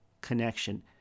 connection